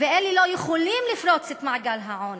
ואלה לא יכולים לפרוץ את מעגל העוני,